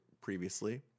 previously